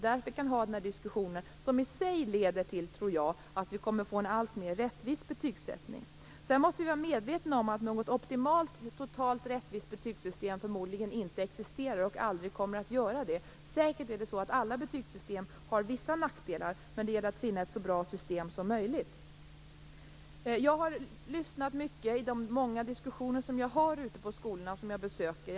Därför kan vi ha den här diskussionen, som i sig leder till att vi kommer att få en alltmer rättvis betygsättning. Sedan måste vi vara medvetna om att något optimalt totalt rättvist betygsystem förmodligen inte existerar och aldrig kommer att göra det. Säkert har alla betygsystem vissa nackdelar, men det gäller att finna ett så bra system som möjligt. Jag har lyssnat på många lärare i de diskussioner som jag haft ute på skolor som jag besöker.